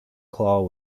claw